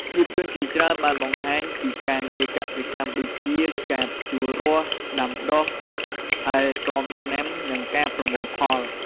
ភាពយន្តជាច្រើនបានបង្ហាញពី ការងារកសិកម្ម ដូចជាការភ្ជួររាស់ ដាំដុះ ថែទាំដំណាំ និងការប្រមូលផល។